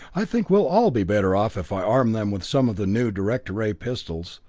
i think we'll all be better off if i arm them with some of the new director-ray pistols.